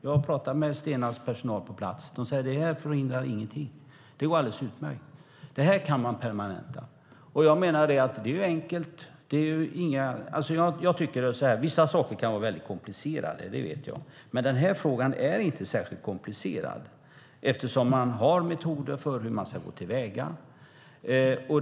Jag har talat med Stenas personal på plats, och de säger att det här förhindrar ingenting, att det fungerar alldeles utmärkt och att det här kan man permanenta. Vissa saker kan vara väldigt komplicerade - det vet jag - men den här frågan är inte särskilt komplicerad eftersom man har metoder för hur man ska gå till väga.